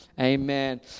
Amen